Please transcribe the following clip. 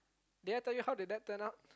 did I tell you have did I plan out